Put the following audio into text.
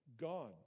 God